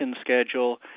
schedule